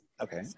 Okay